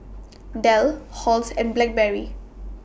Dell Halls and Blackberry